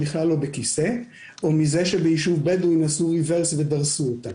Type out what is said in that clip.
בכלל לא בכיסא או מזה שביישוב בדואי נסעו רברס ודרסו אותם.